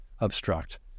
obstruct